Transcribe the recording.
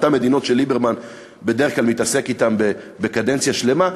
אותן מדינות שליברמן בדרך כלל מתעסק אתן קדנציה שלמה.